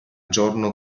giorno